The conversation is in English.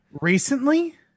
recently